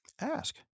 Ask